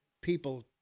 people